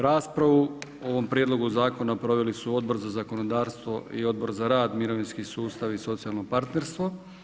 Raspravu o ovom prijedlogu zakona proveli su Odbor za zakonodavstvo i Odbor za rad, mirovinski sustav i socijalno partnerstvo.